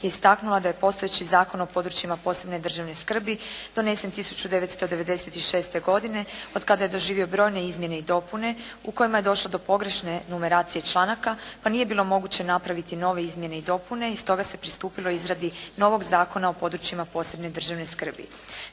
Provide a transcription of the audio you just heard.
je istaknula da je postojeći Zakon o područjima posebne državne skrbi donesen 1996. godine od kada je doživio brojne izmjene i dopune u kojima je došlo do pogrešne numeracije članaka, pa nije bilo moguće napraviti nove izmjene i dopune i stoga se pristupilo izradi novog Zakona o područjima posebne državne skrbi.